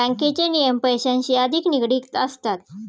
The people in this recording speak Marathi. बँकेचे नियम पैशांशी अधिक निगडित असतात